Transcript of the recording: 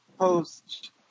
post